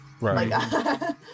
Right